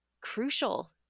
crucial